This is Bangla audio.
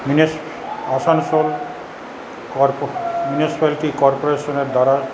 মিনিস আসানসোল কর্পো মিউনিসিপালিটি কর্পোরেশনের দ্বারা